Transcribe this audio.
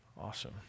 Awesome